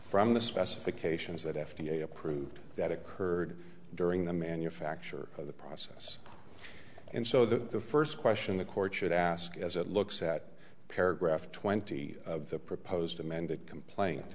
from the specifications that f d a approved that occurred during the manufacture of the process and so the first question the court should ask as it looks at paragraph twenty of the proposed amended complain